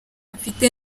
mfite